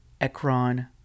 Ekron